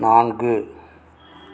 நான்கு